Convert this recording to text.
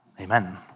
amen